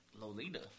Lolita